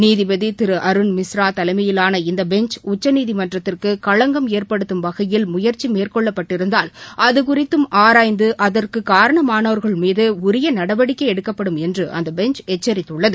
நீதிபதிதிருஅருண்மிஸ்ரா தலைமையிலான இந்தபெஞ்ச் உச்சநீதிமன்றத்திற்கு களங்கம் ஏற்படுத்தும் வகையில் முயற்சி மேற்கொள்ளப்பட்டிருந்தால் அதுகுறித்தும் ஆராய்ந்துஅதற்குகாரணமானோர்கள் மீதுஉரியநடவடிக்கைஎடுக்கப்படும் என்றுபெஞ்ச் எச்சரித்துள்ளது